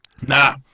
Nah